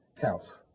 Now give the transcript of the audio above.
counts